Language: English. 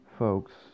folks